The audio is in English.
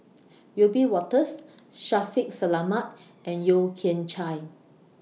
Wiebe Wolters Shaffiq Selamat and Yeo Kian Chai